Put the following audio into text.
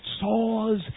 saws